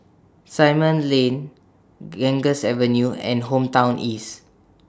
Simon Lane Ganges Avenue and Hometown East